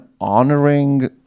honoring